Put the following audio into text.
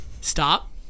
Stop